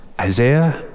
Isaiah